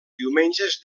diumenges